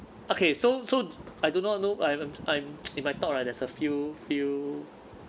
okay so so I do not know I haven't I'm in my thought right there's a few few